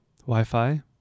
Wi-Fi